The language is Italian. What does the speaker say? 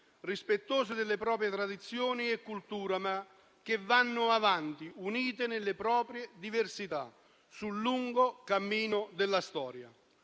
rispettose delle proprie tradizioni e culture, ma che vanno avanti, unite nelle proprie diversità, sul lungo cammino della storia.